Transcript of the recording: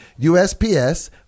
USPS